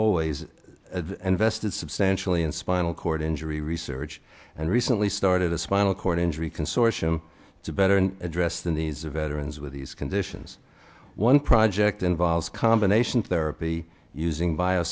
always vested substantially in spinal cord injury research and recently started a spinal cord injury consortium to better address the needs of veterans with these conditions one project involves combination therapy using bio